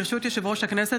ברשות יושב-ראש הכנסת,